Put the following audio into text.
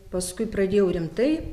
paskui pradėjau rimtai